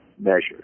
measures